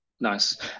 Nice